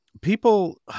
people